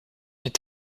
est